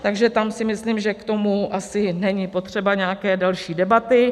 Takže tam si myslím, že k tomu asi není potřeba nějaké delší debaty.